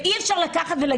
אי אפשר להגיד: